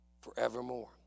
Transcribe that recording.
forevermore